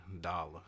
Dollar